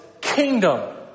kingdom